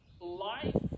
life